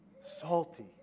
Salty